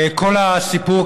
כל הסיפור,